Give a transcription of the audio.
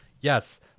Yes